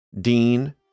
Dean